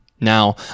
Now